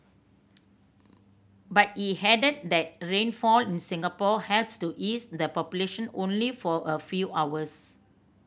but he added that rainfall in Singapore helps to ease the population only for a few hours